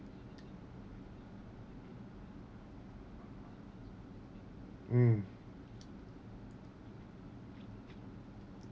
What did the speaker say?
mm